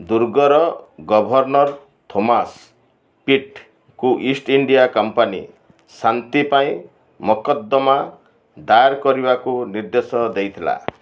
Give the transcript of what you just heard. ଦୁର୍ଗର governor Thomas ପିଟଙ୍କୁ east India company ଶାନ୍ତି ପାଇଁ ମକଦ୍ଦମା ଦାୟର କରିବାକୁ ନିର୍ଦ୍ଦେଶ ଦେଇଥିଲା